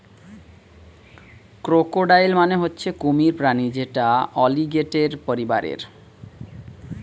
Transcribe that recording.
crocodile মানে হচ্ছে কুমির প্রাণী যেটা অলিগেটের পরিবারের